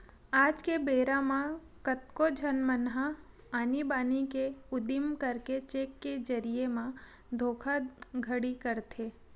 आज के बेरा म कतको झन मन ह आनी बानी के उदिम करके चेक के जरिए म धोखाघड़ी करथे